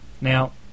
Now